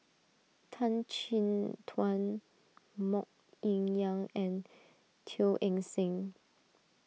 Tan Chin Tuan Mok Ying Yang and Teo Eng Seng